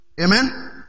Amen